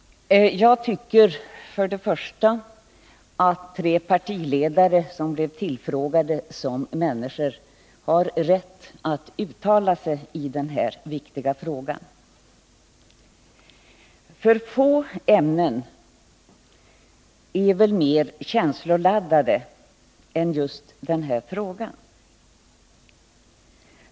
Jag tycker att de tre partiledarna, som i egenskap av privatmänniskor blev utfrågade på den viktiga punkten, har rätt att uttala sig som sådana. Få ämnen är väl mer känsloladdade än just det här.